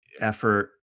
effort